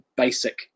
basic